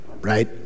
right